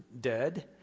dead